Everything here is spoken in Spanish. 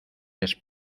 les